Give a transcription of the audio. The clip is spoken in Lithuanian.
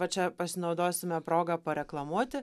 va čia pasinaudosime proga pareklamuoti